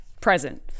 present